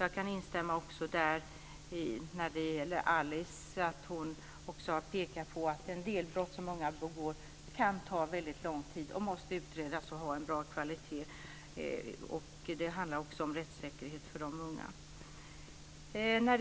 Jag kan instämma i vad Alice Åström har sagt där, dvs. att hon har pekat på att en del brott kan ta lång tid att utreda för att få bra kvalitet i utredningen. Det handlar också om rättssäkerhet för de unga.